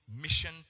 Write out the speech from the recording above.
mission